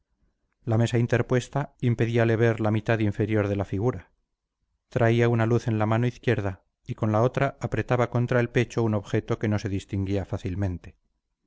la mesa interpuesta impedíale ver la mitad inferior de la figura traía una luz en la mano izquierda y con la otra apretaba contra el pecho un objeto que no se distinguía fácilmente